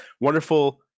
wonderful